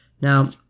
Now